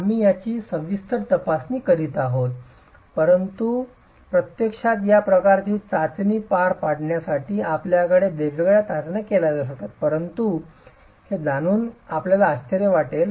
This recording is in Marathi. आम्ही याची सविस्तर तपासणी करीत आहोत परंतु प्रत्यक्षात या प्रकारची चाचणी पार पाडण्यासाठी आपल्याकडे वेगवेगळ्या चाचण्या केल्या जाऊ शकतात हे जाणून आपल्याला आश्चर्य वाटेल